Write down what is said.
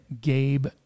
Gabe